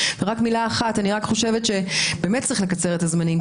אני רק חושבת שבאמת צריך לקצר את הזמנים,